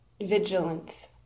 vigilance